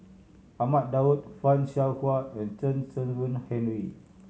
Ahmad Daud Fan Shao Hua and Chen Kezhan Henri